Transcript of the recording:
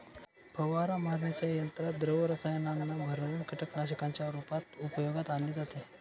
फवारा मारण्याच्या यंत्रात द्रव रसायनांना भरुन कीटकनाशकांच्या रूपात उपयोगात आणले जाते